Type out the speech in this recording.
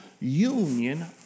Union